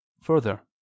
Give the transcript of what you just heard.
Further